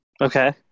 Okay